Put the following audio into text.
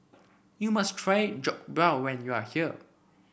you must try Jokbal when you are here